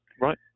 Right